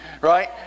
right